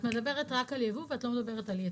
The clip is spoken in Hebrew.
את מדברת רק על ייבוא ואת לא מדברת על ייצוא?